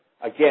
Again